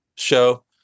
show